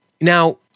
now